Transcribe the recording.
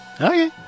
Okay